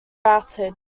routed